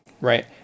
right